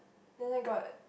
then I got